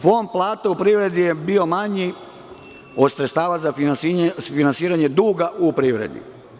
Fond plate u privredi je bio manji od sredstava za finansiranje duga u privredi.